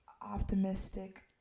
optimistic